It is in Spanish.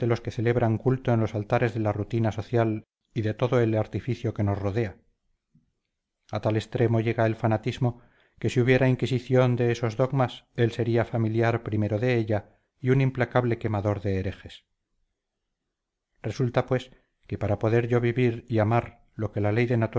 los que celebran culto en los altares de la rutina social y de todo el artificio que nos rodea a tal extremo llega el fanatismo que si hubiera inquisición de esos dogmas él sería familiar primero de ella y un implacable quemador de herejes resulta pues que para poder yo vivir y amar lo que la ley de